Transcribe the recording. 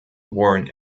worn